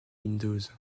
windows